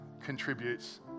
contributes